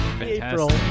April